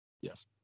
Yes